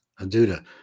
Aduda